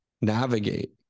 navigate